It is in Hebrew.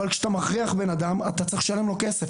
אבל כשאתה מכריח בנאדם אתה צריך לשלם לו כסף.